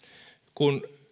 kun